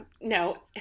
No